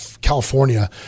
California